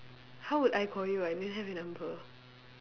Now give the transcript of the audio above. how would I call you I didn't have your number